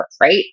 right